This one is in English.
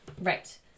Right